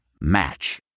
Match